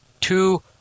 Two